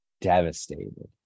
devastated